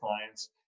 clients